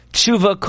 Tshuva